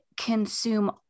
consume